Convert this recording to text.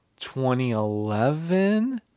2011